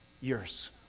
years